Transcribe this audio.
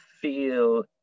feel